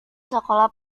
sekolah